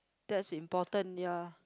that's important ya